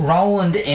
Roland